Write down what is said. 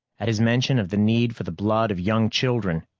at his mention of the need for the blood of young children,